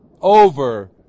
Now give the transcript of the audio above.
over